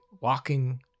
walking